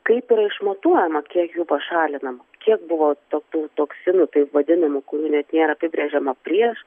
kaip yra išmatuojama kiek jų pašalinama kiek buvo to tų toksinų taip vadinamų kurių net nėra apibrėžiama prieš